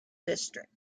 district